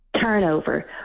turnover